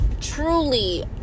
truly